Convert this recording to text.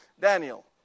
Daniel